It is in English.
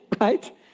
right